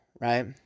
right